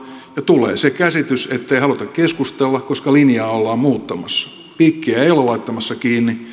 ja tulee se käsitys ettei haluta keskustella koska linjaa ollaan muuttamassa piikkiä ei olla laittamassa kiinni